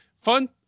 fun